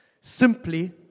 Simply